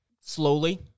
Slowly